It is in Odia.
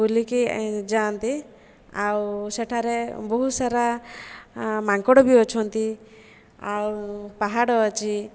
ବୁଲିକି ଏ ଯାଆନ୍ତି ଆଉ ସେଠାରେ ବହୁତସାରା ମାଙ୍କଡ଼ ବି ଅଛନ୍ତି ଆଉ ପାହାଡ଼ ଅଛି